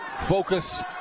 Focus